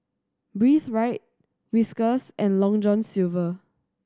Breathe Right Whiskas and Long John Silver